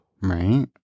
Right